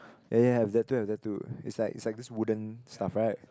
yea yea have that too have that too is like is like this wooden stuff right